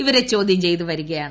ഇവരെ ചോദ്യം ചെയ്ത് വരികയാണ്